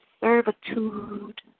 servitude